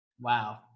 wow